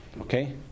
Okay